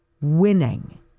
winning